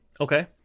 Okay